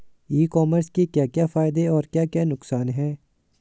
ई commerce के क्या क्या फायदे और क्या क्या नुकसान है?